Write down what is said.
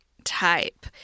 type